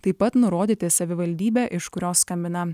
taip pat nurodyti savivaldybę iš kurios skambina